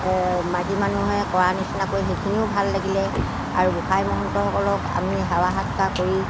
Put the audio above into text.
মাইকী মানুহে কৰা নিচিনাকৈ সেইখিনিও ভাল লাগিলে আৰু গোঁসাই মহন্তসকলক আমি সেৱা সৎকাৰ কৰি